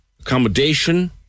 accommodation